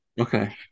Okay